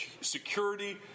security